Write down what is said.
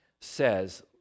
says